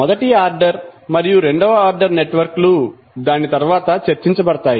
మొదటి ఆర్డర్ మరియు రెండవ ఆర్డర్ నెట్వర్క్లు దాని తర్వాత చర్చించబడతాయి